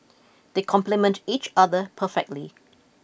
they complement each other perfectly